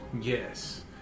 Yes